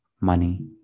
money